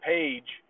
Page